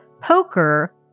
poker